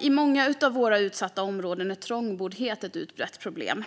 I många av våra utsatta områden är trångboddhet ett utbrett problem.